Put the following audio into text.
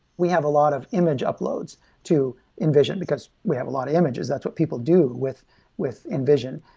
we have a lot of image uploads to invision, because we have a lot of images. that's what people do with with invision.